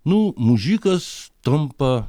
nu mužikas tampa